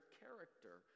character